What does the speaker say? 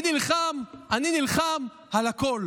נלחם על משהו אחר לגמרי.